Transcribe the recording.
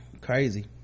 Crazy